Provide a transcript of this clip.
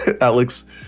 Alex